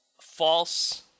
False